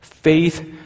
Faith